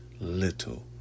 little